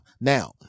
Now